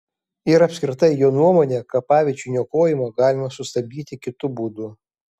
ir apskritai jo nuomone kapaviečių niokojimą galima sustabdyti kitu būdu